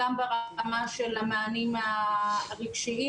גם ברמה של המענים הרגשיים,